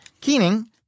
Keening